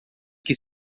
que